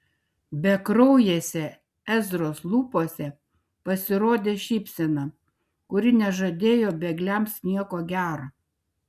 bekraujėse ezros lūpose pasirodė šypsena kuri nežadėjo bėgliams nieko gero